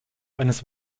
eines